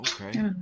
Okay